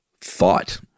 thought